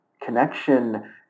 connection